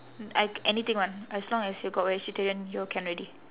uh I anything [one] as long as you got vegetarian you can already